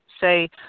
say